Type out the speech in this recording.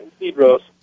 Cedro's